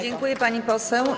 Dziękuję, pani poseł.